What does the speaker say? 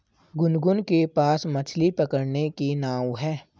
गुनगुन के पास मछ्ली पकड़ने की नाव है